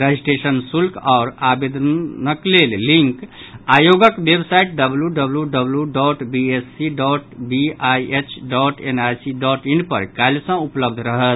registration शुल्क आओर आवेदनक लेल लिंक आयोगक website W W W dot BSSC dot BIH dot NIC dot in पर काल्हि सॅ उपलब्ध रहत